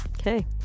Okay